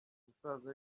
umusaza